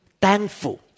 thankful